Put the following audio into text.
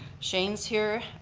shane's here,